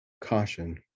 Caution